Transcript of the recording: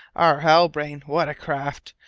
our halbrane, what a craft!